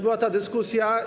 Była ta dyskusja.